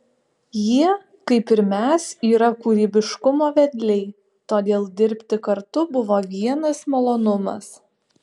jie kaip ir mes yra kūrybiškumo vedliai todėl dirbti kartu buvo vienas malonumas